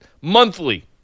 Monthly